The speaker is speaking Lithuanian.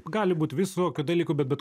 gali būt visokių dalykų bet bet